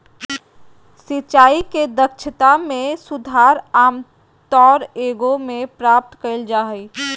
सिंचाई के दक्षता में सुधार आमतौर एगो में प्राप्त कइल जा हइ